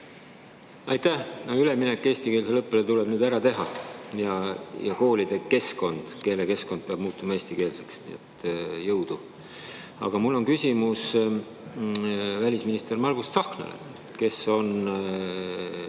Aitäh! Üleminek eestikeelsele õppele tuleb nüüd ära teha ja koolikeskkond, keelekeskkond peab muutuma eestikeelseks, nii et jõudu! Mul on küsimus välisminister Margus Tsahknale, kes on